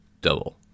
double